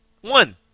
One